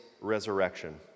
resurrection